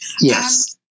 Yes